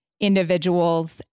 individuals